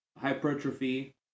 hypertrophy